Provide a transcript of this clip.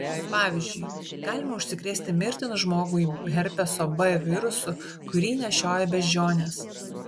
pavyzdžiui galima užsikrėsti mirtinu žmogui herpeso b virusu kurį nešioja beždžionės